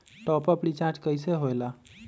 Top up recharge कइसे होएला?